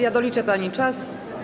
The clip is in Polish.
Ja doliczę pani czas.